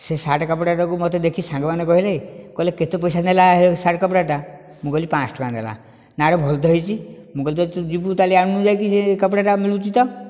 ସେ ସାର୍ଟ କପଡ଼ାଟାକୁ ମୋତେ ଦେଖି ସାଙ୍ଗମାନେ କହିଲେ କହିଲେ କେତେ ପଇସା ନେଲା ସାର୍ଟ କପଡ଼ାଟା ମୁଁ କହିଲି ପାଞ୍ଚଶହ ଟଙ୍କା ନେଲା ନା ଆରେ ଭଲ ତ ହୋଇଛି ମୁଁ କହିଲି ତ ତୁ ଯିବୁ ତାହେଲେ ଆଣୁନୁ ଯାଇକି ସେ କପଡ଼ାଟା ମିଳୁଛି ତ